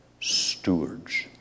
stewards